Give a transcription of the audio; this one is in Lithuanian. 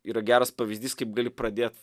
yra geras pavyzdys kaip gali pradėt